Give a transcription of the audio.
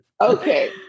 Okay